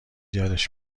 یادش